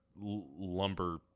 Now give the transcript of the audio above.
lumber